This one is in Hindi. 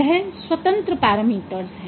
वह स्वत्रंत पैरामीटर्स हैं